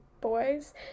boys